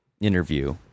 interview